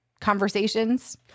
conversations